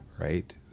right